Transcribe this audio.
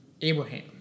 Abraham